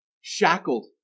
shackled